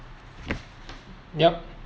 yup